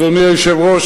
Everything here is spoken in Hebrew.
אדוני היושב-ראש,